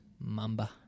Mamba